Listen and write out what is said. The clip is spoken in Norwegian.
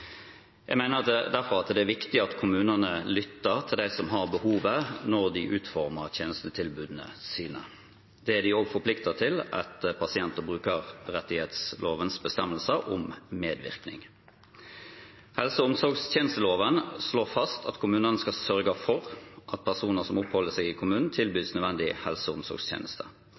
Jeg mener derfor det er viktig at kommunene lytter til dem som har behovet, når de utformer tjenestetilbudene sine. Det er de også forpliktet til etter pasient- og brukerrettighetslovens bestemmelser om medvirkning. Helse- og omsorgstjenesteloven slår fast at kommunene skal sørge for at personer som oppholder seg i kommunen, tilbys nødvendige helse- og omsorgstjenester.